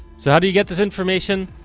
so how do you get this information?